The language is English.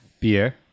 beer